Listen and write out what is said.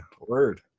word